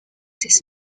this